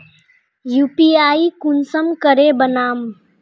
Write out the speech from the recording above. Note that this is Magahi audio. यु.पी.आई कुंसम करे बनाम?